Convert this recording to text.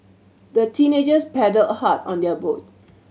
the teenagers paddled a hard on their boat